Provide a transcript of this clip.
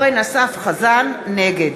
נגד